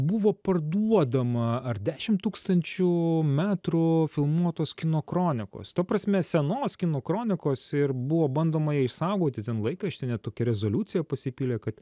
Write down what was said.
buvo parduodama ar dešim tūkstančių metrų filmuotos kino kronikos ta prasme senos kino kronikos ir buvo bandoma ją išsaugoti ten laikrašty ne tokia rezoliucija pasipylė kad